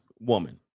woman